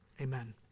amen